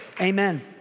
Amen